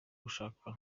gushaka